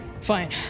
Fine